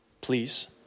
please